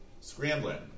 scrambling